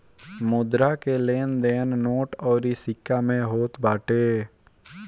मुद्रा के लेन देन नोट अउरी सिक्का में होत बाटे